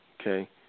Okay